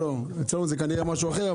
לא, לא, אצלנו זה כנראה משהו אחר.